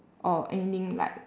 or anything like